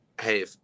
Hey